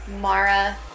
Mara